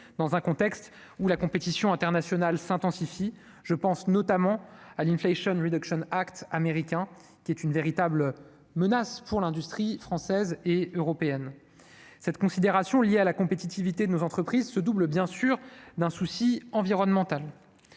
dans un contexte où la compétition internationale s'intensifie, je pense notamment à l'inflation oui d'Auxonne Act américain, qui est une véritable menace pour l'industrie française et européenne, cette considération liées à la compétitivité de nos entreprises se doublent, bien sûr, d'un souci environnemental